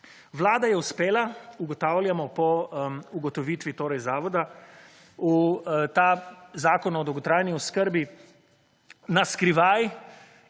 Vlada je uspela, ugotavljamo po ugotovitvi torej zavoda, v ta zakon o dolgotrajni oskrbi na skrivaj